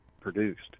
produced